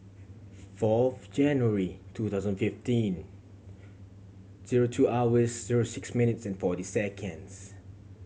fourth January two thousand fifteen zero two hours zero six minutes and forty seconds